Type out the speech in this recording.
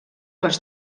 les